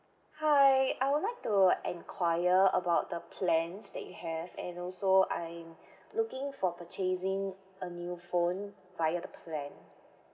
hi I would like to enquire about the plans that you have and also I'm looking for purchasing a new phone via the plan